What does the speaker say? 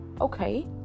okay